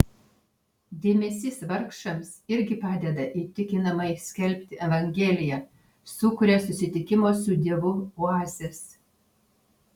dėmesys vargšams irgi padeda įtikinamai skelbti evangeliją sukuria susitikimo su dievu oazes